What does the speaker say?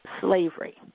slavery